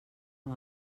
amb